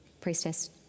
priestess